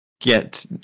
get